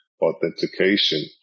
authentication